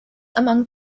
among